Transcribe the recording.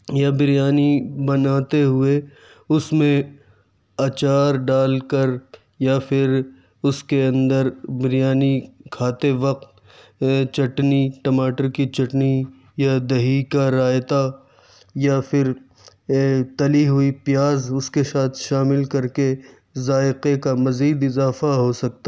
یا بریانی بناتے ہوئے اس میں اچار ڈال کر یا پھر اس کے اندر بریانی کھاتے وقت چٹنی ٹماٹر کی چٹنی یا دہی کا رایتا یا پھر تلی ہوئی پیاز اس کے ساتھ شامل کر کے ذائقے کا مزید اضافہ ہو سکتا ہے